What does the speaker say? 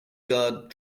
guard